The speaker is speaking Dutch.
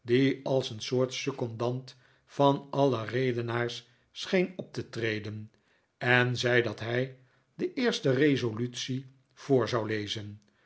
als een soort secondant van alle redenaars scheen op te treden en zei dat hij de eerste resolutie voor zou lezen